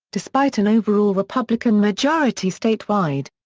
despite an overall republican majority statewide.